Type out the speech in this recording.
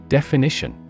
Definition